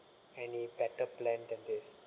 any better plan than this